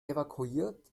evakuiert